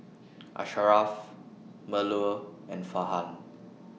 Asharaff Melur and Farhan